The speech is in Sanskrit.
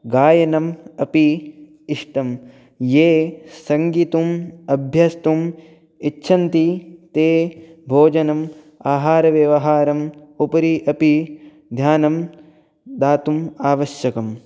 गायनम् अपि इष्टं ये सङ्गीतम् अभ्यस्तुम् इच्छन्ति ते भोजनम् आहारव्यवहारम् उपरि अपि ध्यानं दातुम् आवश्यकं